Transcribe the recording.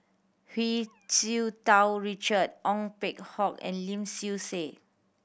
Hu Tsu Tau Richard Ong Peng Hock and Lim Swee Say